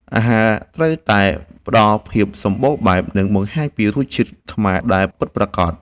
អាហារត្រូវតែផ្ដល់ភាពសម្បូរបែប និងបង្ហាញពីរសជាតិខ្មែរដែលពិតប្រាកដ។